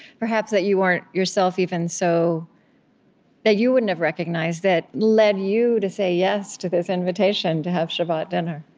perhaps that you weren't, yourself, even so that you wouldn't have recognized, that led you to say yes to this invitation to have shabbat dinner?